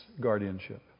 guardianship